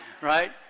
right